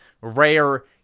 rare